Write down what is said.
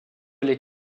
les